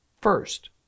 First